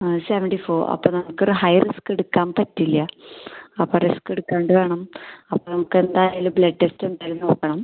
ആ seventy four അപ്പോൾ നമുക്ക് ഒരു ഹൈ റിസ്ക് എടുക്കാൻ പറ്റില്ല അപ്പോൾ റിസ്ക് എടുക്കാണ്ട് വേണം അപ്പോൾ നമുക്ക് എന്തായാലും ബ്ലഡ് ടെസ്റ്റ് എന്തായാലും നോക്കണം